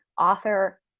author